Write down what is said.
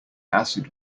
acid